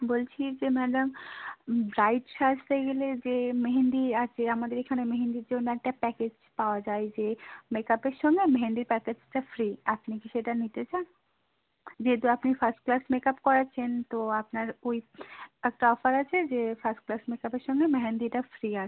বলছি যে madam bride সাজতে গেলে যে মেহেন্দি আছে আমাদের এখানে মেহেন্দির জন্য একটা প্যাকেজ পাওয়া যায় যে মেক আপের সঙ্গে মেহেন্দির প্যাকেজটা ফ্রি আপনি কি সেটা নিতে চান যেহেতু আপনি ফার্স্ট ক্লাস মেক আপ করাচ্ছেন তো আপনার ওই একটা অফার আছে যে ফার্স্ট ক্লাস মেক আপের সঙ্গে মেহেন্দিটা ফ্রি আছে